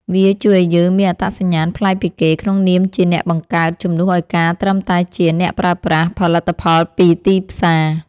វាជួយឱ្យយើងមានអត្តសញ្ញាណប្លែកពីគេក្នុងនាមជា អ្នកបង្កើត ជំនួសឱ្យការត្រឹមតែជា អ្នកប្រើប្រាស់ ផលិតផលពីទីផ្សារ។